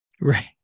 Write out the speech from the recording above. Right